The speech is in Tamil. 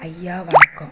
ஐயா வணக்கம்